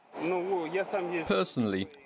Personally